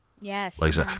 Yes